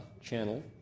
channel